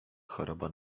choroba